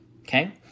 Okay